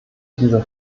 dieser